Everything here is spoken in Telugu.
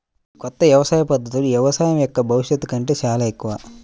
ఈ కొత్త వ్యవసాయ పద్ధతులు వ్యవసాయం యొక్క భవిష్యత్తు కంటే చాలా ఎక్కువ